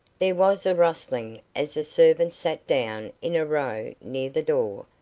there was a rustling as the servants sat down in a row near the door,